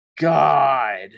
God